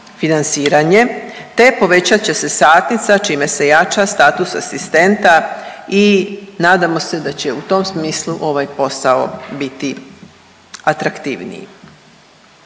te povećat će se satnica čime se jača status asistenta i nadamo se da će u tom smislu ovaj posao biti atraktivniji.